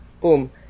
boom